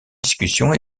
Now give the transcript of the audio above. discussions